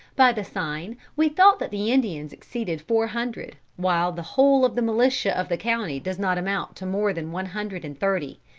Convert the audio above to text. by the sign, we thought that the indians exceeded four hundred, while the whole of the militia of the county does not amount to more than one hundred and thirty.